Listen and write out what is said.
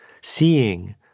seeing